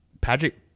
Patrick